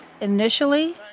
Initially